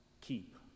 keep